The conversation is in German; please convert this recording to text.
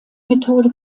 methode